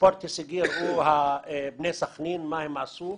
ספורט הישגי ראו בני סכנין, מה הם עשו.